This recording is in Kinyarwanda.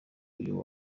uyu